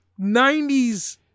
90s